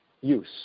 use